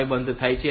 5 બંધ થાય છે